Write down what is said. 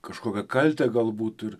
kažkokią kaltę galbūt ir